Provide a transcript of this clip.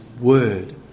word